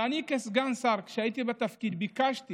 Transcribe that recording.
אני כסגן שר, כשהייתי בתפקיד, ביקשתי